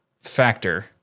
factor